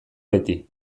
beti